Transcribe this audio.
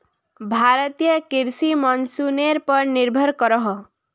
भारतीय कृषि मोंसूनेर पोर निर्भर करोहो